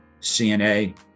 CNA